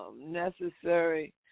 necessary